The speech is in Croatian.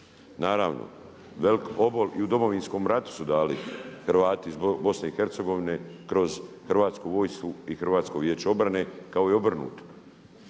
Naravno, veliki obol i u Domovinskom ratu su dali Hrvati iz BiH kroz Hrvatsku vojsku i Hrvatsko vijeće obrane kao i obrnuto.